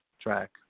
track